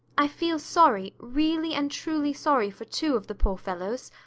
i feel sorry, really and truly sorry, for two of the poor fellows.